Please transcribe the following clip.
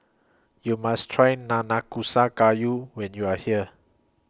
YOU must Try Nanakusa Gayu when YOU Are here